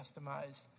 customized